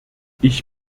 ich